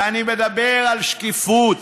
ואני מדבר על שקיפות,